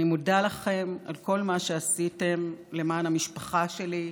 אני מודה לכם על כל מה שעשיתם למען המשפחה שלי,